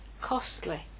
costly